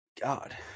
god